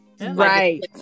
right